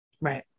Right